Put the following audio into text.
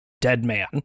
Deadman